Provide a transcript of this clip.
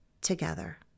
together